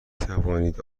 توانید